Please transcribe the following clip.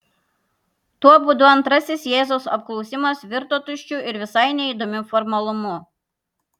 tuo būdu antrasis jėzaus apklausimas virto tuščiu ir visai neįdomiu formalumu